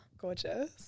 Gorgeous